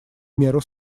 меру